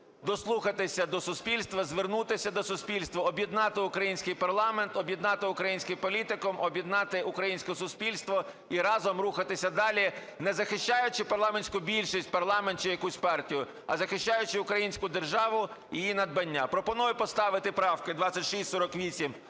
дослухатися до суспільства, звернутися до суспільства, об'єднати український парламент, об'єднати український політикум, об'єднати українське суспільство і разом рухатися далі, не захищаючи парламентську більшість, парламент чи якусь партію, а захищаючи українську державу і її надбання. Пропоную поставити правки 2648,